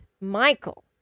Michael